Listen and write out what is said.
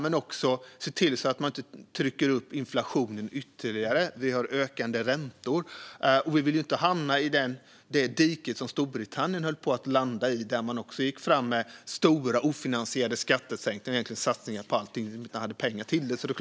Det gäller att inte trycka upp inflationen ytterligare, och vi har stigande räntor. Vi vill inte hamna i det dike som Storbritannien höll på att landa i när man gick fram med stora ofinansierade skattesänkningar och satsningar man inte hade pengar till.